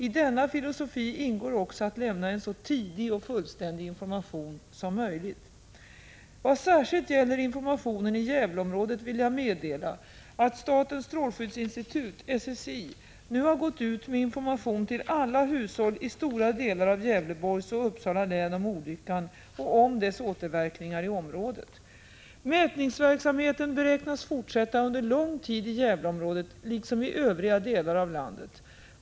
I denna filosofi ingår också att lämna en så tidig och fullständig information som möjligt. Vad särskilt gäller informationen i Gävleområdet vill jag meddela att statens strålskyddsinstitut, SSI, nu har gått ut med information till alla hushåll i stora delar av Gävleborgs och Uppsala län om olyckan och om dessa återverkningar i området. Mätningsverksamheten beräknas fortsätta under lång tid i Gävleområdet liksom i övriga delar av landet.